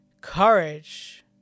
courage